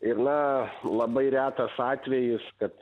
ir na labai retas atvejis kad